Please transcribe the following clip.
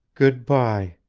good-by,